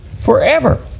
forever